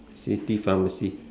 city pharmacy